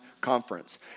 conference